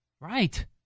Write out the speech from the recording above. Right